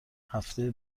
هفته